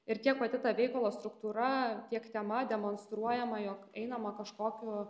ir tiek pati ta veikalo struktūra tiek tema demonstruojama jog einama kažkokiu